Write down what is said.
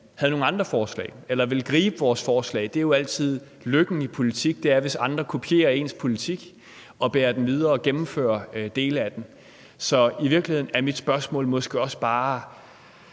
havde nogle andre forslag eller ville gribe vores forslag. Lykken i politik er jo altid, hvis andre kopierer ens politik og beder de videre og gennemfører dele af den. Så i virkeligheden er mit spørgsmål og måske også bare